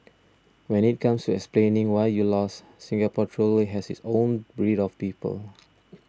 but when it comes to explaining why you lost Singapore truly has its own breed of people